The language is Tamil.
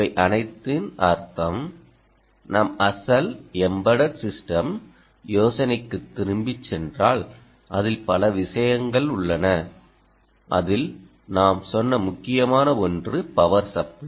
இவை அனைத்தின் அர்த்தம் நம் அசல் எம்பட்டட் சிஸ்டம் யோசனைக்கு திரும்பிச் சென்றால் அதில் பல விஷயங்கள் உள்ளன அதில் நாம் சொன்ன முக்கியமான ஒன்று பவர் சப்ளை